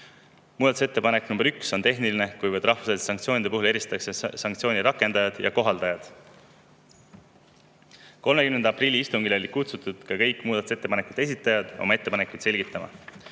Muudatusettepanek nr 1 on tehniline, kuivõrd rahvusvaheliste sanktsioonide puhul eristatakse sanktsiooni rakendajaid ja kohaldajaid. 30. aprilli istungile olid kutsutud kõik muudatusettepanekute esitajad oma ettepanekuid selgitama.